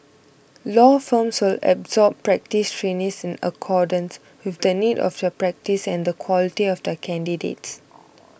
law firms will absorb practice trainees in accordance with the needs of their practice and the quality of the candidates